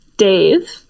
Dave